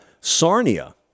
Sarnia